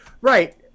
Right